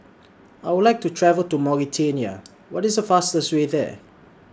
I Would like to travel to Mauritania What IS The fastest Way There